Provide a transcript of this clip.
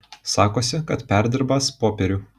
sakosi kad perdirbąs popierių